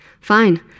Fine